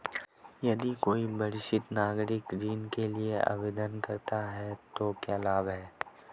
यदि कोई वरिष्ठ नागरिक ऋण के लिए आवेदन करता है तो क्या लाभ हैं?